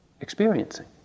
experiencing